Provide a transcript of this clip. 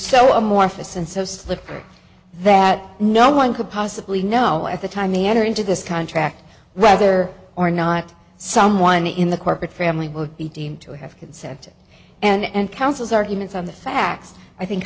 so amorphous and so slippery that no one could possibly know at the time they enter into this contract rather or not someone in the corporate family would be deemed to have consented and councils arguments on the facts i think